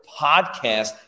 podcast